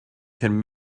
can